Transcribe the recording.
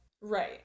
right